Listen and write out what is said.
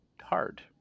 hard